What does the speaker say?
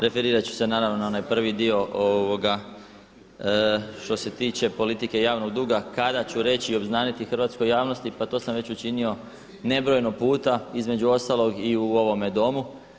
Referirati ću se naravno na onaj prvi dio što se tiče politike javnog duga kada ću reći i obznaniti hrvatskoj javnosti pa to sam već učinio nebrojeno puta između ostalog i u ovome Domu.